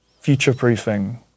future-proofing